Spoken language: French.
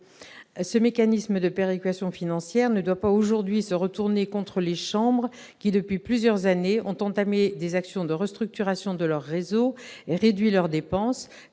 Ce mécanisme de péréquation financière ne doit pas se retourner contre les chambres qui, depuis plusieurs années, ont entamé des actions de restructuration de leur réseau et réduit leurs dépenses